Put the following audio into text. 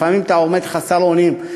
לפעמים אתה עומד חסר אונים.